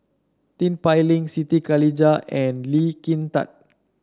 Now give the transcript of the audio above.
Tin Pei Ling Siti Khalijah and Lee Kin Tat